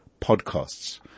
podcasts